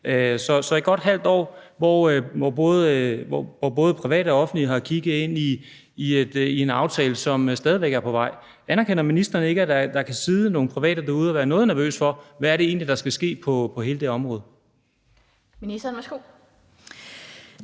i godt et halvt år, at både private og offentlige har kigget ind i en aftale, som stadig væk er på vej. Anerkender ministeren ikke, at der kan sidde nogle private derude og være noget nervøse for, hvad det egentlig er, der skal ske på hele det her område? Kl. 16:03 Den fg.